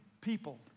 people